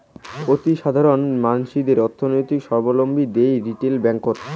অতিসাধারণ মানসিদের অর্থনৈতিক সাবলম্বী দিই রিটেল ব্যাঙ্ককোত